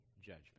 judgment